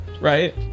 Right